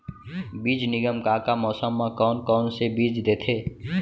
बीज निगम का का मौसम मा, कौन कौन से बीज देथे?